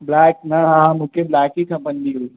black न हा मूंखे ब्लैक ई खपंदी हुई